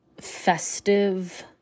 festive